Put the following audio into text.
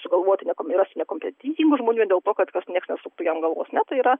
sugalvoti nekom ir rasti nekompetentingų žmonių vien dėl to kad nieks nesuktų jam galvos ne tai yra